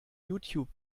youtube